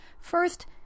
First